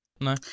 No